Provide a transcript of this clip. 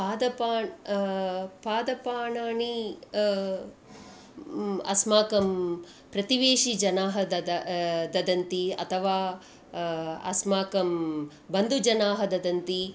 पादपानि पादपानि म् अस्माकं प्रतिवेशी जनाः ददा ददन्ति अथवा अस्माकं बन्धुजनान् ददन्ति